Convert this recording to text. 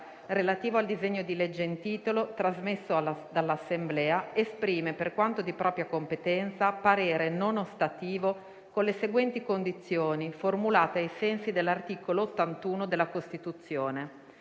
relativo al disegno di legge in titolo, trasmesso dall'Assemblea, esprime, per quanto di propria competenza, parere non ostativo con le seguenti condizioni, formulate ai sensi dell'articolo 81 della Costituzione: